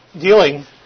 dealing